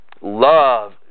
love